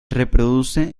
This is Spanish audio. reproduce